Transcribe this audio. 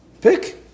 Pick